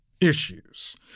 issues